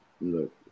Look